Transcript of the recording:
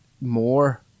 more